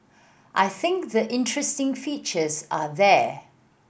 I think the interesting features are there